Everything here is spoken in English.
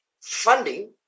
funding